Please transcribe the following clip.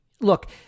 Look